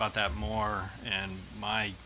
about that more and my